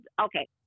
okay